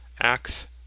Acts